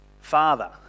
father